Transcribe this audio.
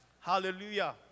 Hallelujah